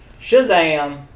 Shazam